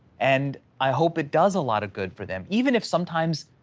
and i hope it does a lot of good for them, even if sometimes,